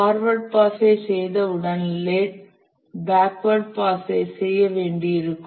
forward பாஸைச் செய்தவுடன் backward பாஸைத் செய்ய வேண்டியிருக்கும்